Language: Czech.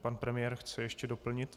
Pan premiér chce ještě doplnit.